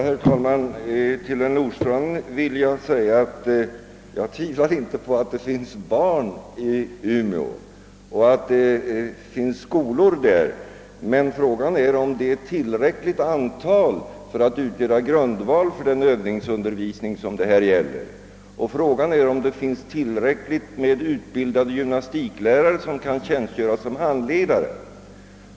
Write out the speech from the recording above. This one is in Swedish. Herr talman! Till herr Nordstrandh vill jag säga, att jag inte tvivlar på att det finns barn och skolor i Umeå. Men frågan är, om det finns ett tillräckligt antal för att kunna utgöra grundval för den övningsundervisning som krävs. Frågan är även, om det finns tillräckligt med utbildade gymnastiklärare, som kan tjänstgöra som handledare.